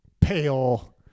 pale